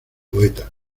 poeta